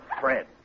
Fred